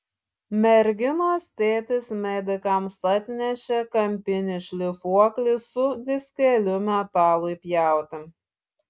merginos tėtis medikams atnešė kampinį šlifuoklį su diskeliu metalui pjauti